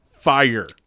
fire